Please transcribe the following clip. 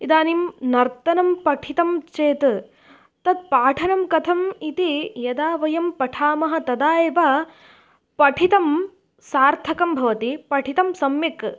इदानीं नर्तनं पठितं चेत् तत् पाठनं कथम् इति यदा वयं पठामः तदा एव पठितं सार्थकं भवति पठितं सम्यक्